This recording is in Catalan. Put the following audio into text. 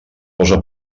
posa